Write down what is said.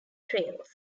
trails